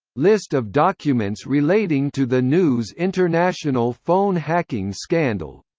list of documents relating to the news international phone hacking scandal